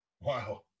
wow